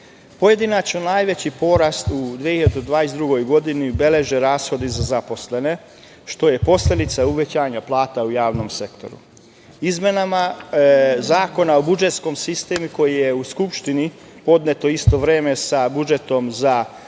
Pojedinačno, najveći porast u 2022. godini beleže rashodi za zaposlene, što je posledica uvećanja plata u javnom sektoru. Izmenama Zakona o budžetskom sistemu, koji je u Skupštini podnet u isto vreme sa budžetom za 2022.